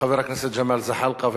חבר הכנסת ג'מאל זחאלקה.